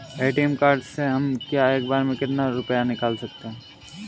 ATM card से हम एक बार में कितना रुपया निकाल सकते हैं?